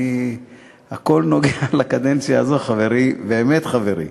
הכול נוגע בקדנציה הזאת, באמת חברי,